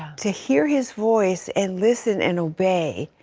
to hear his voice and listen and obey.